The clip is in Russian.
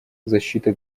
защита